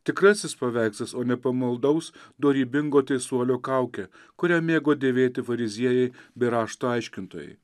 tikrasis paveikslas o ne pamaldaus dorybingo teisuolio kaukė kurią mėgo dėvėti fariziejai bei rašto aiškintojai